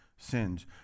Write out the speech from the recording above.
sins